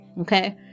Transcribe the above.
Okay